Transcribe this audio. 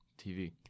TV